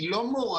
היא לא מורה.